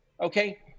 okay